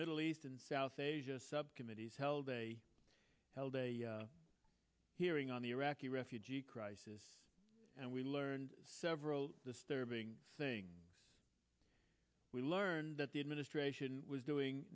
middle east and south asia subcommittees held a held a hearing on the iraqi refugee crisis and we learned several disturbing things we learned that the administration was doing